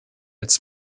its